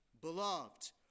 beloved